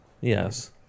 Yes